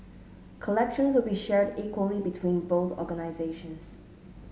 collections will be shared equally between both organisations